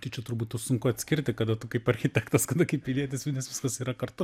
tai čia turbūtų sunku atskirti kada tu kaip architektas kada kaip pilietis nes viskas yra kartu